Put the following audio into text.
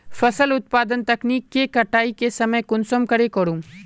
फसल उत्पादन तकनीक के कटाई के समय कुंसम करे करूम?